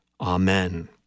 Amen